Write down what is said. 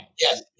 Yes